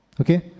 Okay